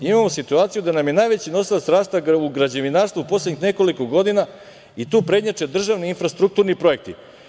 Imamo situaciju da nam je najveći nosilac rasta u građevinarstvu u poslednjih nekoliko godina i tu prednjače državni infrastrukturni projekti.